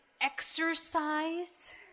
exercise